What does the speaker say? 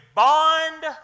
bond